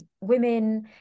women